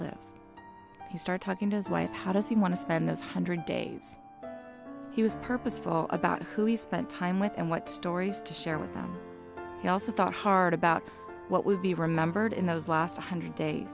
live he start talking to his wife how does he want to spend those hundred days he was purposeful about who he spent time with and what stories to share with them he also thought hard about what would be remembered in those last one hundred days